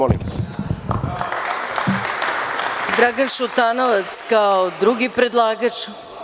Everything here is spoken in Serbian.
Reč ima Dragan Šutanovac, kao drugi predlagač.